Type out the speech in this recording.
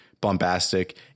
Bombastic